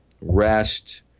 rest